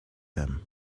them